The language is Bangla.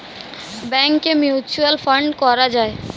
ব্যাংকে মিউচুয়াল ফান্ড করা যায়